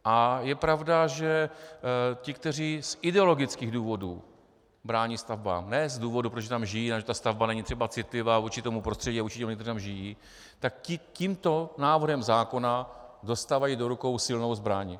A je pravda, že ti, kteří z ideologických důvodů brání stavbám, ne z důvodu, že tam žijí a ta stavba není třeba citlivá vůči tomu prostředí a vůči lidem, kteří tam žijí, tak ti tímto návrhem zákona dostávají do rukou silnou zbraň.